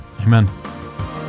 Amen